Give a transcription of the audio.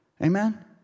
Amen